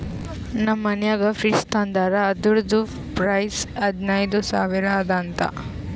ನಮ್ ಮನ್ಯಾಗ ಫ್ರಿಡ್ಜ್ ತಂದಾರ್ ಅದುರ್ದು ಪ್ರೈಸ್ ಹದಿನೈದು ಸಾವಿರ ಅದ ಅಂತ